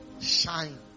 shine